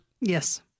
yes